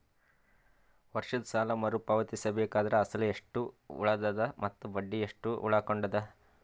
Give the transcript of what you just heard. ವರ್ಷದ ಸಾಲಾ ಮರು ಪಾವತಿಸಬೇಕಾದರ ಅಸಲ ಎಷ್ಟ ಉಳದದ ಮತ್ತ ಬಡ್ಡಿ ಎಷ್ಟ ಉಳಕೊಂಡದ?